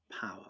power